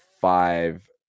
five